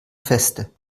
feste